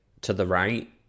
to-the-right